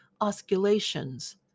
osculations